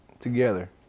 together